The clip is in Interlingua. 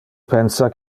pensa